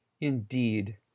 Indeed